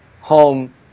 home